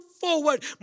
forward